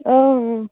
اۭں اۭں